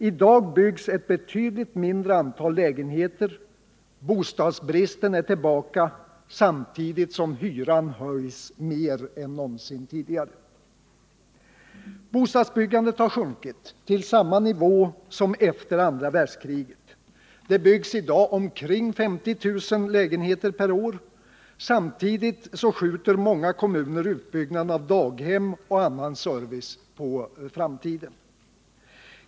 I dag byggs ett betydligt mindre antal lägenheter, bostadsbristen är tillbaka, samtidigt som hyran höjs mer än någonsin tidigare. Bostadsbyggandet har sjunkit till samma nivå som efter andra världskriget — det byggs i dag omkring 50 000 lägenheter per år. Samtidigt skjuter många kommuner utbyggnåden av daghem och annan samhällsservice på framtiden.